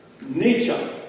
nature